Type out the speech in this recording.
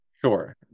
Sure